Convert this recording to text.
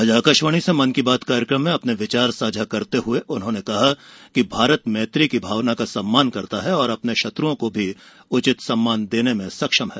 आज आकाशवाणी से मन की बात कार्यक्रम में अपने विचार साझा करते हुए उन्होंने कहा कि भारत मैत्री की भावना का सम्मान करता है और अपने शत्रुओं को भी उचित सम्मान देने में सक्षम है